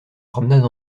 promenade